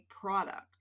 product